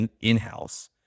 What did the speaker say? in-house